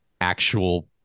actual